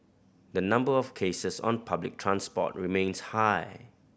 the number of cases on public transport remains high